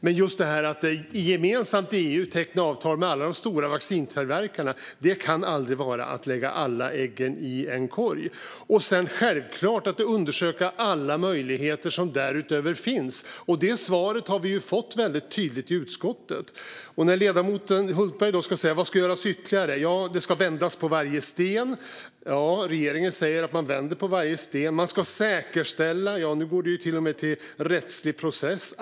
Men att EU gemensamt har tecknat avtal med alla de stora vaccintillverkarna kan aldrig vara att lägga alla ägg i samma korg. Sedan är det självklart att man ska undersöka alla möjligheter som därutöver finns. Och det svaret har vi fått väldigt tydligt i utskottet. När ledamoten Hultberg talar om vad som ytterligare ska göras ska det vändas på varje sten. Regeringen säger att man vänder på varje sten. Man ska säkerställa. Nu går det till och med till rättslig process.